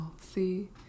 see